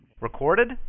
Recorded